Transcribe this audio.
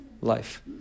life